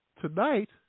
tonight